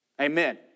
Amen